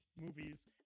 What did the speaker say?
movies